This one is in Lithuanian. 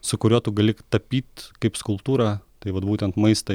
su kuriuo tu gali tapyt kaip skulptūrą tai vat būtent maistą